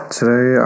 Today